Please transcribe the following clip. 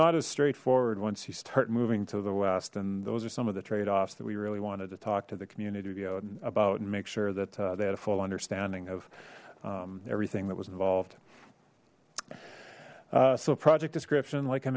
not as straightforward once you start moving to the west and those are some of the trade offs that we really wanted to talk to the community about and make sure that they had a full understanding of everything that was involved so project description like i